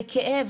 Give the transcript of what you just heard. בכאב,